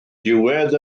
diwedd